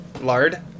Lard